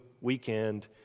weekend